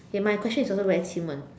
okay my question is also very chim one